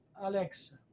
Alexa